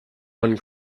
one